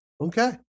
Okay